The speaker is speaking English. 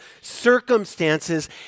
circumstances